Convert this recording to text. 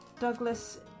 douglas